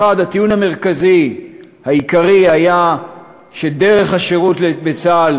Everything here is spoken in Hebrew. הטיעון המרכזי העיקרי היה שדרך השירות בצה"ל,